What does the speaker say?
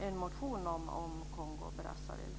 en motion om Kongo-Brazzaville.